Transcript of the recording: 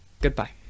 goodbye